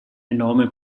enorme